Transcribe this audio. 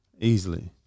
Easily